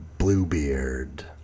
Bluebeard